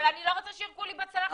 אבל אני לא רוצה שירקו לי בצלחת.